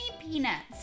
peanuts